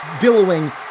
billowing